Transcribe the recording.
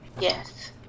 Yes